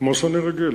כמו שאני רגיל.